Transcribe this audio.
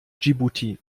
dschibuti